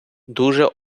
дуже